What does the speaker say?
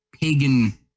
pagan